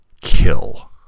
kill